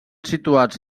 situats